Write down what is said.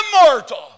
immortal